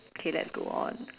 okay let's go on